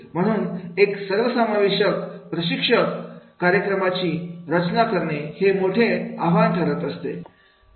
म्हणून एका सर्वसमावेशक प्रशिक्षण कार्यक्रमाची रचना करणे हे मोठे ठरत असतं